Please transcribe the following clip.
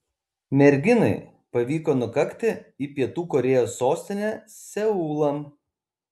merginai pavyko nukakti į pietų korėjos sostinę seulą